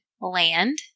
land